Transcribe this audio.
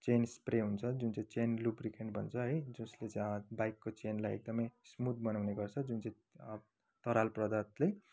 chain spray हुन्छ जुन चाहिँ चेन लुब्रिकेन्ट भन्छ है बाइकको चेनलाई एकदमै स्मुथ बनाउने गर्छ जुन चाहिँ तरल पदार्थले